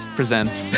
presents